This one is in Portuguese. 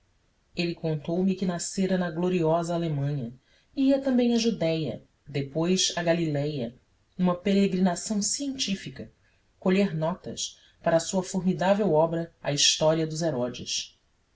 ele contou-me que nascera na gloriosa alemanha e ia também à judeia depois à galiléia numa peregrinação científica colher notas para a sua formidável obra a história dos